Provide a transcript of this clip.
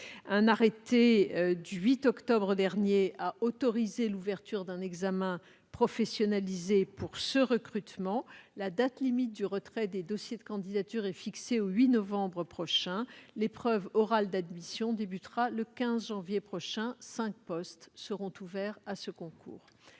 Un arrêté du 8 octobre dernier a autorisé l'ouverture d'un examen professionnalisé pour ce recrutement. La date limite du retrait des dossiers de candidature est fixée au 8 novembre prochain. L'épreuve orale d'admission débutera le 15 janvier prochain. Pour ce concours,